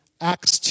Acts